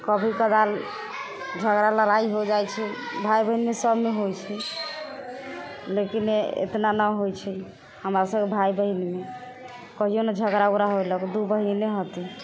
कभी कदाल झगड़ा लड़ाइ हो जाइ छै भाइ बहिनमे सबमे होइ छै लेकिन एतना नहि होइ छै हमरा सब भाइ बहिनमे कहिओ नहि झगड़ा उगड़ा होएलक दू बहिनी हती